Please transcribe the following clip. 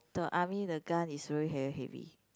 the army the gun is really hea~ heavy